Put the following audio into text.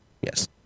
yes